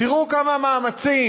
תראו כמה מאמצים,